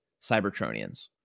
Cybertronians